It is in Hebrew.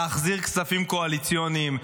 להחזיר כספים קואליציוניים?